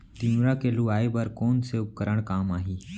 तिंवरा के लुआई बर कोन से उपकरण काम आही?